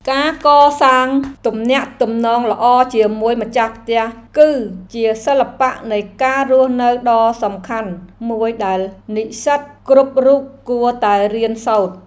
ការកសាងទំនាក់ទំនងល្អជាមួយម្ចាស់ផ្ទះ គឺជាសិល្បៈនៃការរស់នៅដ៏សំខាន់មួយដែលនិស្សិតគ្រប់រូបគួរតែរៀនសូត្រ។